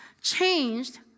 changed